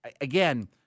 again